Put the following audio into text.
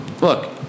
Look